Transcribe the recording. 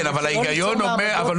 כן, אבל הרעיון אומר לא